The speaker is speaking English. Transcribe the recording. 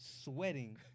sweating